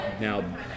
now